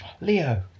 Leo